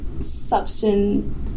substance